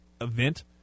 event